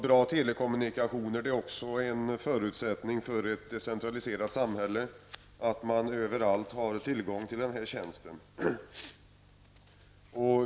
Bra telekommunikationer är också en förutsättning för ett decentraliserat samhälle, att man överallt har tillgång till denna tjänst.